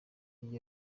iyo